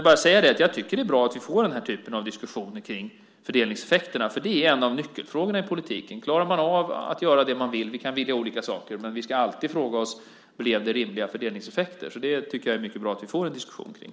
Jag tycker det är bra att vi får den här typen av diskussioner kring fördelningseffekterna, för det är en av nyckelfrågorna i politiken. Klarar vi av att göra det vi vill? Vi kan vilja olika saker, men vi ska alltid fråga oss om fördelningseffekterna blir rimliga. Det är alltså mycket bra att vi får en diskussion om detta.